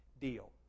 deal